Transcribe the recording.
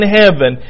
heaven